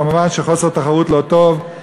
כמובן, חוסר תחרות הוא לא טוב,